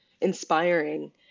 inspiring